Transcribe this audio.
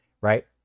right